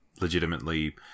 legitimately